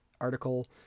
article